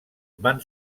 van